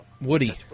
Woody